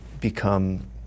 become